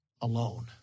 alone